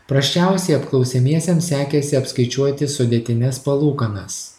prasčiausiai apklausiamiesiems sekėsi apskaičiuoti sudėtines palūkanas